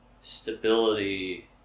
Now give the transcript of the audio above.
stability